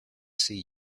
see